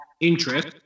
interest